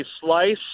slice